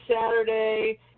Saturday